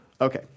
Okay